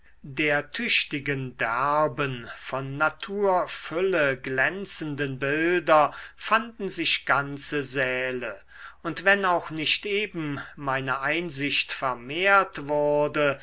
der tüchtigen derben von naturfülle glänzenden bilder fanden sich ganze säle und wenn auch nicht eben meine einsicht vermehrt wurde